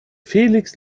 felix